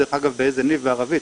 גם דרך אגב באיזה ניב בערבית,